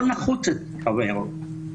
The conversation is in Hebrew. לא נחוץ התו הירוק.